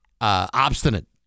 obstinate